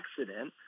accident